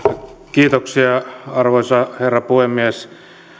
kiitoksia arvoisa herra puhemies